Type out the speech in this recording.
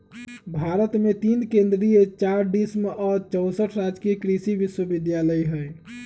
भारत मे तीन केन्द्रीय चार डिम्ड आ चौसठ राजकीय कृषि विश्वविद्यालय हई